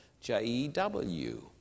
J-E-W